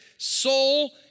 soul